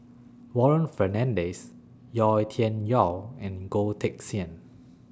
Warren Fernandez Yau Tian Yau and Goh Teck Sian